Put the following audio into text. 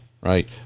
Right